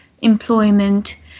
employment